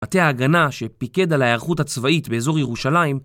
מטי ההגנה שפיקד על ההארכות הצבאית באזור ירושלים